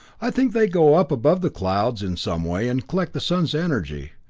i think they go up above the clouds in some way and collect the sun's energy.